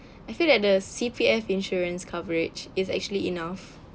I feel that the C_P_F insurance coverage is actually enough